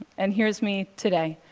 and here's me today.